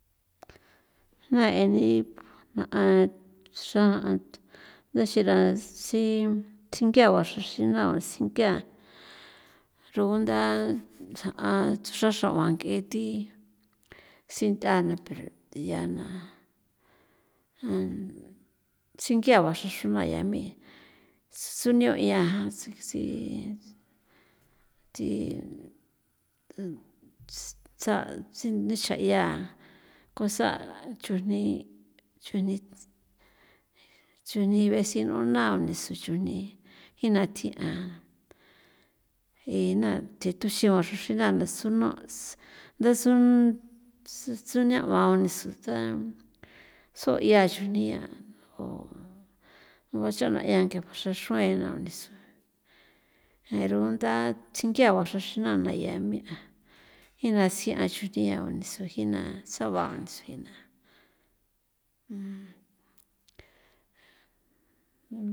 Na'e ni na'a xra ndaxira si tsinkea ba xraxrinao tsinkea rogunda xra xra'uan nk'e thi sinth'a na pero ya na tsinkea ba xraxruna yami tsunio' 'ian tsi tsa' tsini cha'ya cosa' chujni chujni vecino na o nisu chujni jina thi'an ee na thithu xiun xroxrinaa nda suno' nda su tsunia' nisu tha so'ia chujni a o bachuna yaa nke nga xraxruen na o nisu je runda tsingia ba xraxrina na ya mi'a e jina tsian'a chujni yauni sujina saba tsjuina.